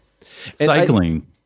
cycling